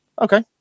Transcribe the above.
Okay